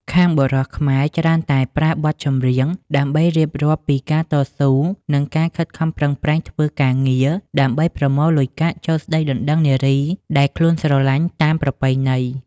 ខាងបុរសខ្មែរច្រើនតែប្រើបទចម្រៀងដើម្បីរៀបរាប់ពី "ការតស៊ូ" និង "ការខិតខំប្រឹងប្រែងធ្វើការងារ" ដើម្បីប្រមូលលុយកាក់ចូលស្តីដណ្តឹងនារីដែលខ្លួនស្រឡាញ់តាមប្រពៃណី។